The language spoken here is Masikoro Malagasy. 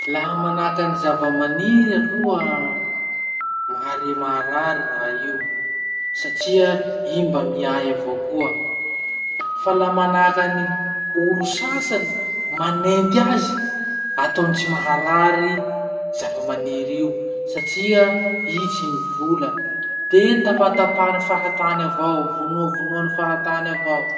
Laha manahaky any zava-maniry aloha mahare maharary raha io satria i mba miay avao koa. Fa laha manahaky any olo sasany manenty azy, ataony tsy maharary zava-maniry io satria i tsy mivola, de tapatapahiny fahatany avao, vonovonoany fahatany avao.